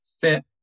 fit